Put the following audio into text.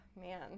man